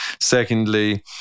Secondly